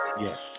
Yes